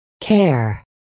Care